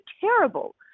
terrible